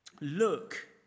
look